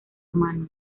mano